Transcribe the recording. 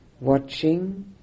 watching